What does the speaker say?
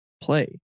play